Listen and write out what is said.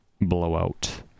blowout